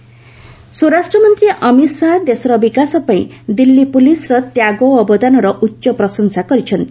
Amit Shah Delhi police ସ୍ୱରାଷ୍ଟ୍ରମନ୍ତ୍ରୀ ଅମିତ ଶାହା ଦେଶର ବିକାଶ ପାଇଁ ଦିଲ୍ଲୀ ପୋଲିସର ତ୍ୟାଗ ଓ ଅବଦାନର ଉଚ୍ଚ ପ୍ରଶଂସା କରିଛନ୍ତି